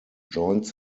joined